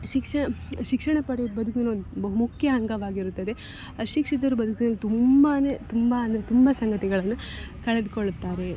ಶಿಕ್ಷ ಶಿಕ್ಷಣ ಪಡೆದು ಬದುಕಿನೊಂದು ಬಹುಮುಖ್ಯ ಅಂಗವಾಗಿರುತ್ತದೆ ಅಶಿಕ್ಷಿತರು ಬದುಕಿನಲ್ಲಿ ತುಂಬ ಅಂದರೆ ತುಂಬ ಅಂದರೆ ತುಂಬ ಸಂಗತಿಗಳನ್ನು ಕಳೆದುಕೊಳ್ಳುತ್ತಾರೆ